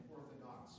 Orthodox